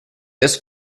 this